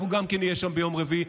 אנחנו גם כן נהיה שם ביום רביעי.